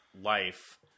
life